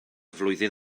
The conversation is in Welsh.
flwyddyn